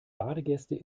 badegäste